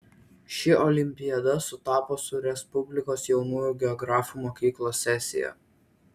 ši olimpiada sutapo su respublikos jaunųjų geografų mokyklos sesija